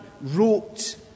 wrote